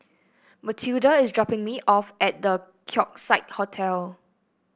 Mathilda is dropping me off at The Keong Saik Hotel